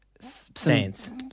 saints